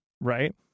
right